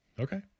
Okay